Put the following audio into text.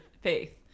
Faith